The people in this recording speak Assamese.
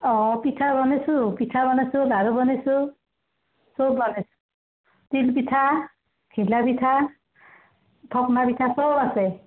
অঁ পিঠা বনাইছোঁ পিঠা বনাইছোঁ লাৰু বনাইছোঁ তিলপিঠা ঘিলাপিঠা পিঠা চব আছে